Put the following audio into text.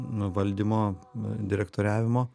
valdymo direktoriavimo